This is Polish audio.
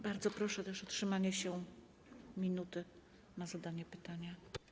Bardzo proszę też o trzymanie się minuty na zadanie pytania.